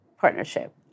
partnership